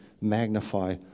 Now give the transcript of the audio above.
magnify